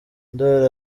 ndori